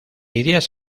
ideas